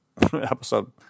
episode